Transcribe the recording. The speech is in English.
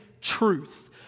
truth